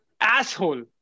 asshole